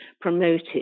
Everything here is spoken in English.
promoted